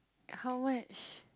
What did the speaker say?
how much